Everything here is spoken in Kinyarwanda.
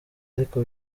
ariko